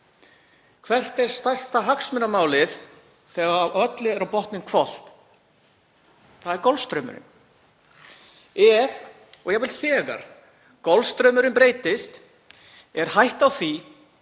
Hvert er stærsta hagsmunamálið þegar öllu er á botninn hvolft? Það er Golfstraumurinn. Ef, og jafnvel þegar, Golfstraumurinn breytist er hætta á því